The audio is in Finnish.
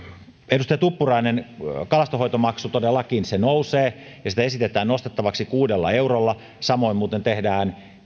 edustaja tuppurainen kalastonhoitomaksu todellakin se nousee ja sitä esitetään nostettavaksi kuudella eurolla samoin muuten tehdään